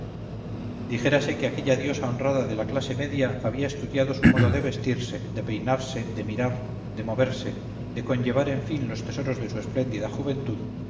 dijérase que aquella diosa honrada de la clase media había estudiado su modo de vestirse de peinarse de mirar de moverse de conllevar en fin los tesoros de su espléndida juventud